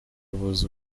buza